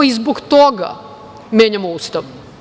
I zbog toga menjamo Ustav.